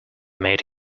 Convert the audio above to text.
made